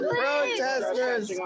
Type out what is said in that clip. protesters